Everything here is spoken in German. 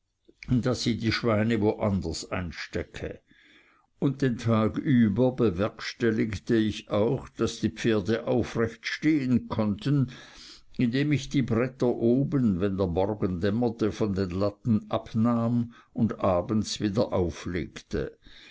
daß sie die schweine woanders einstecke und den tag über bewerkstelligte ich auch daß die pferde aufrecht stehen konnten indem ich die bretter oben wenn der morgen dämmerte von den latten abnahm und abends wieder auflegte